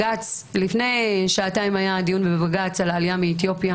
לפני שעתיים היה דיון בבג"ץ על העלייה מאתיופיה